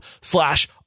slash